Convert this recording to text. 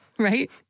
Right